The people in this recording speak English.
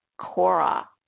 Cora